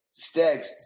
Stegs